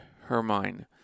Hermine